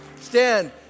Stand